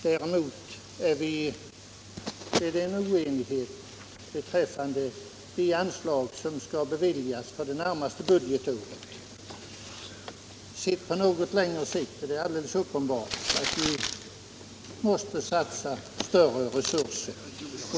Däremot råder oenighet beträffande de anslag som skall beviljas för det närmaste budgetåret. Sett på längre sikt är det alldeles uppenbart att vi måste satsa större resurser.